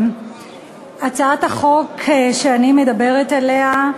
הצעת החוק שאני מדברת עליה,